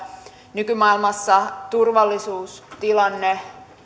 nykymaailmassa turvallisuustilanne